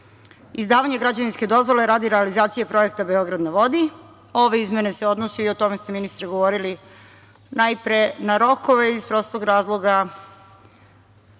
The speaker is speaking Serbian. izdavanje građevinske dozvole radi realizacije projekta „Beograd na vodi“. Ove izmene se odnose, i o tome ste ministre govorili, najpre na rokove iz prostog razloga,